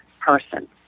person